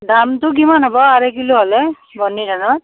দামটো কিমান হ'ব আঢ়ৈ কিলো হ'লে বৰ্নী ধানত